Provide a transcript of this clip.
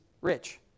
rich